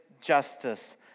justice